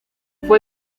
fue